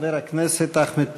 חבר הכנסת אחמד טיבי.